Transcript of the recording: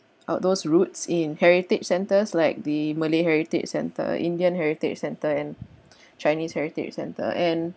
uh those roots in heritage centres like the malay heritage centre indian heritage centre and chinese heritage centre and